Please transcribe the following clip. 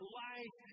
life